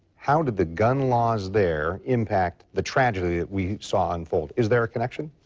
how did the gun laws there impact the tragedy that we saw unfold? is there a connection?